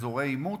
אזורי עימות?